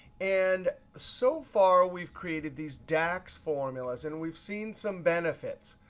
and so far, we've created these dax formulas, and we've seen some benefits.